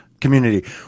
community